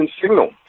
signal